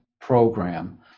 program